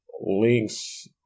links